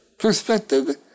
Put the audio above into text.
Perspective